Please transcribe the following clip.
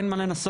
שאין מה לנסות,